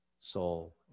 soul